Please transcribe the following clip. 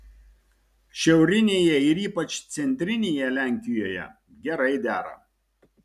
šiaurinėje ir ypač centrinėje lenkijoje gerai dera